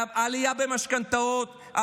עלייה במשכנתאות,